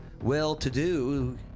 well-to-do